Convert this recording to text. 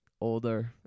older